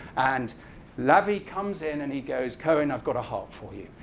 and lavie comes in, and he goes, cohen, i've got a heart for you.